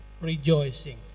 rejoicing